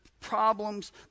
problems